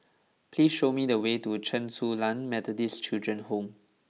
please show me the way to Chen Su Lan Methodist Children's Home